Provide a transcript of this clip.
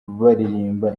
baririmba